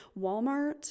Walmart